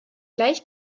gleich